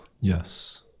Yes